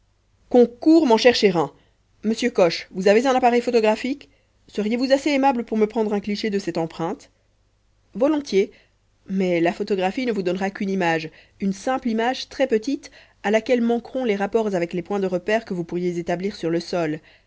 qu'on coure m'en chercher un monsieur coche vous avez un appareil photographique seriez-vous assez aimable pour me prendre un cliché de cette empreinte volontiers mais la photographie ne vous donnera qu'une image une simple image très petite à laquelle manqueront les rapports avec les points de repère que vous pourriez établir sur le sol